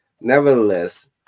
Nevertheless